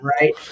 right